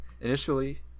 initially